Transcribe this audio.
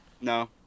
No